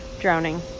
drowning